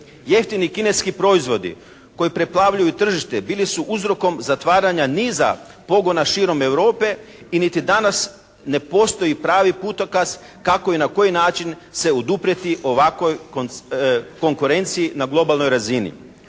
Jeftini kineski proizvodi koji preplavljuju tržište bili su uzrokom zatvaranja niza pogona širom Europe i niti danas ne postoji pravi putokaz kako i na koji način se oduprijeti ovakvoj konkurenciji na globalnoj razini.